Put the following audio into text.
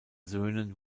söhnen